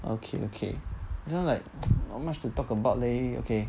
okay okay you know like not much to talk about leh okay